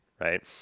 Right